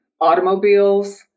automobiles